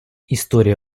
история